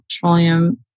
petroleum